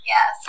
Yes